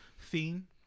theme